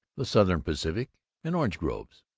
the southern pacific and orange groves.